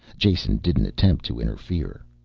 jason didn't attempt to interfere.